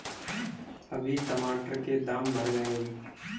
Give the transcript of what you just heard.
अभी टमाटर के दाम बढ़ गए